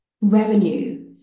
revenue